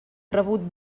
rebut